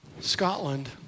Scotland